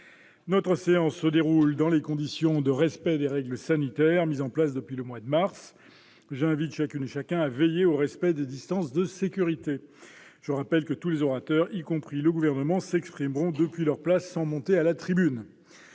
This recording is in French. Notre séance se déroule dans les conditions de respect des règles sanitaires mises en place depuis le mois de mars. J'invite chacune et chacun à veiller au respect des distances de sécurité. Tous les orateurs, y compris les membres du Gouvernement, s'exprimeront depuis leur place, sans monter à la tribune.